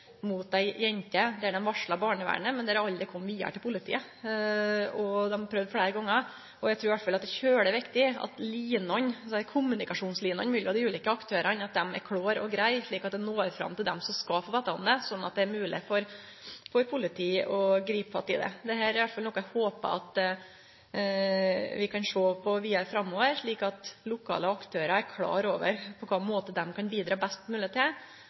mot ei jente. Dei varsla barnevernet, men det kom aldri vidare til politiet. Dei prøvde fleire gonger, så eg trur det er svært viktig at kommunikasjonslinjene mellom de ulike aktørane er klåre og greie, slik at ein når fram til dei som skal få vete om det, slik at det er mogleg for politiet å gripe fatt i det. Dette er i alle fall noko eg håpar at vi kan sjå på vidare framover, slik at lokale aktørar er klar over på kva måte dei kan bidra best mogleg til